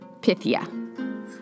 Pythia